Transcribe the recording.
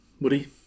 Woody